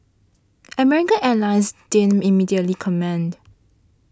American Airlines didn't immediately comment